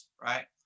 right